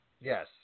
Yes